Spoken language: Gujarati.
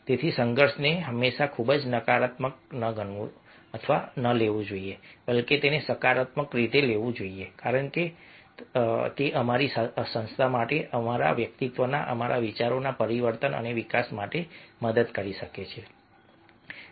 તેથી સંઘર્ષને હંમેશા ખૂબ જ નકારાત્મક ન ગણવું અથવા ન લેવું જોઈએ બલ્કે તેને સકારાત્મક રીતે લેવું જોઈએ કારણ કે તે અમારી સંસ્થા માટે અમારા વ્યક્તિત્વના અમારા વિચારોના પરિવર્તન અને વિકાસ માટે મદદ કરી શકે છે